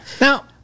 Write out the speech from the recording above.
Now